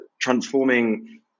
transforming